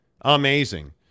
Amazing